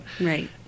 Right